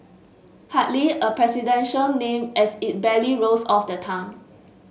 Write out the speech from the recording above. hardly a presidential name as it barely rolls off the tongue